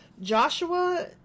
Joshua